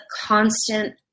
constant